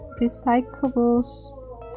recyclables